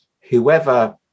whoever